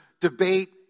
debate